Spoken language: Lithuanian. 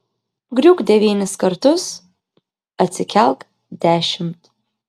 griūk devynis kartus atsikelk dešimt